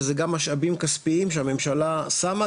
וזה גם משאבים כספיים שהממשלה שמה,